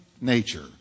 nature